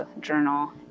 journal